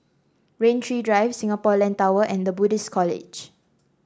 Rain Tree Drive Singapore Land Tower and The Buddhist College